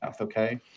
okay